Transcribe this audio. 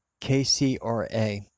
KCRA